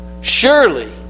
Surely